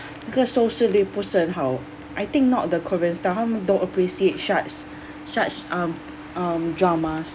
那个收视率不是很好 I think not the korean's style 他们 don't appreciate such such um um dramas